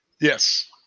Yes